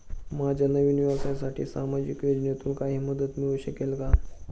माझ्या नवीन व्यवसायासाठी सामाजिक योजनेतून काही मदत मिळू शकेल का?